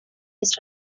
las